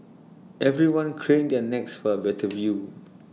everyone craned their necks for A better view